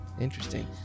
Interesting